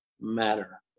matter